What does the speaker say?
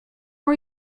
are